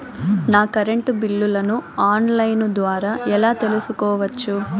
నా కరెంటు బిల్లులను online ద్వారా ఎలా తెలుసుకోవచ్చు?